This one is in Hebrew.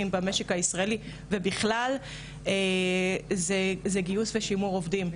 במשק הישראלי ובכלל זה גיוס ושימור עובדים.